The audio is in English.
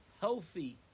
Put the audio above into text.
healthy